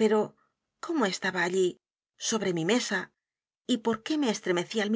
pero cómo estaba allí sobre mi mesa y por qué me estremecí al